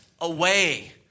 away